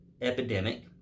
epidemic